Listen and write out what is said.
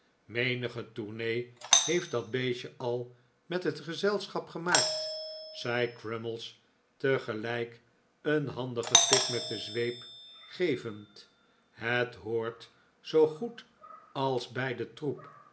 menige tournee heeft dat beestje al met het gezelschap gemaakt zei crummies tegelijk een handigen tik met de zweep gevend het hoort zoo goed als bij den troep